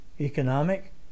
economic